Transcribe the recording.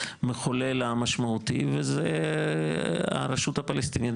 חלק מהמספרים, אתם תיראו, זה מספרים שתקבלו אותם.